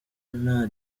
nta